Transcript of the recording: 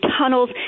tunnels